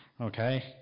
Okay